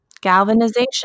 Galvanization